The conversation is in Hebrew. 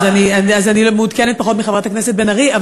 אז אני מעודכנת פחות מחברת הכנסת בן ארי.